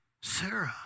Sarah